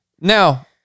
Now